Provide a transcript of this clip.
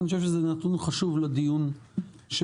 אני חושב שזה נתון חשוב לדיון שלנו.